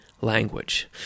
language